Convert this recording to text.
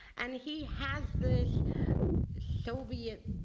and he has this soviet,